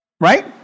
Right